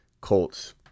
Colts